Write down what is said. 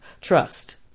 trust